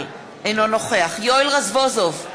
נוכח יואל רזבוזוב,